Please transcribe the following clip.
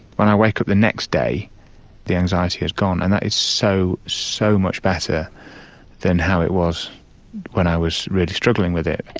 when i wake up the next day the anxiety has gone and that is so, so much better than how it was when i was really struggling with it.